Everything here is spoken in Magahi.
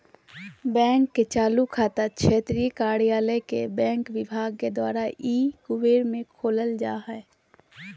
बैंक के चालू खाता क्षेत्रीय कार्यालय के बैंक विभाग द्वारा ई कुबेर में खोलल जा हइ